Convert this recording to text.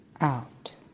out